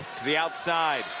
the outside,